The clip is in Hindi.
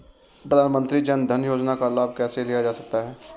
प्रधानमंत्री जनधन योजना का लाभ कैसे लिया जा सकता है?